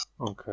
Okay